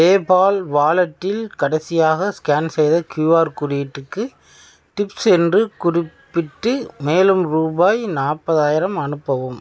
PayPal வாலெட்டில் கடைசியாக scan செய்த கியூஆர் குறியீட்டுக்கு டிப்ஸ் என்று குறிப்பிட்டு மேலும் ரூபாய் நாற்பதாயிரம் அனுப்பவும்